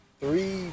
three